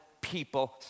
people